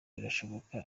birashoboka